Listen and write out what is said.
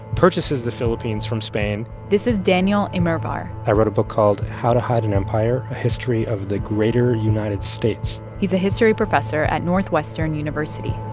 purchases the philippines from spain this is daniel immerwahr i wrote a book called how to hide an empire a history of the greater united states. he's a history professor at northwestern university